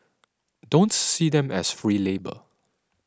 don't see them as free labour